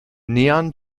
neon